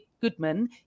Goodman